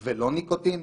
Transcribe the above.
או ניקוטין?